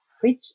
fridge